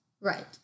Right